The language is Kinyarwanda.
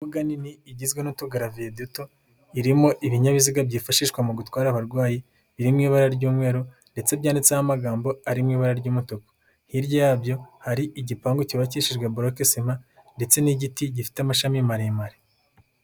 Imbuga nini igizwe n'utugaraviye duto irimo ibinyabiziga byifashishwa mu gutwara abarwayi, iri' ibara ry'umweru ndetse byanditseho amagambo ari mu ibara ry'umutuku, hirya yabyo hari igipangu cyubakishijwe boroke sima, ndetse n'igiti gifite amashami maremare.